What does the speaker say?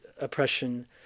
oppression